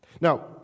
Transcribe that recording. Now